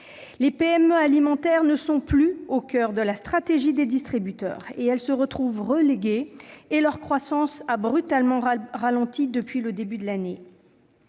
Les PME alimentaires ne sont plus au coeur de la stratégie des distributeurs. Elles se trouvent reléguées, et leur croissance a brutalement ralenti depuis le début d'année.